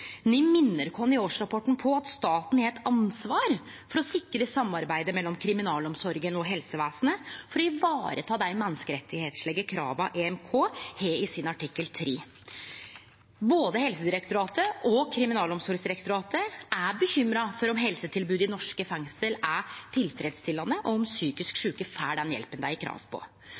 NIM minner oss i årsrapporten på at staten har eit ansvar for å sikre samarbeidet mellom kriminalomsorga og helsevesenet for å ta vare på dei menneskerettslege krava EMK, Den europeiske menneskerettsdomstolen, har i sin artikkel 3. Både Helsedirektoratet og Kriminalomsorgsdirektoratet er bekymra for om helsetilbodet i norske fengsel er tilfredsstillande, og om psykisk sjuke får den hjelpa dei har krav på.